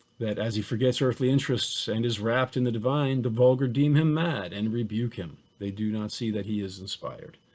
that as he forgets earthly interests and is wrapped in the divine, the vulgar deem him mad and rebuke him. they do not see that he is inspired.